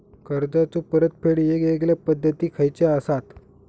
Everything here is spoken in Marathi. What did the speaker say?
कर्जाचो परतफेड येगयेगल्या पद्धती खयच्या असात?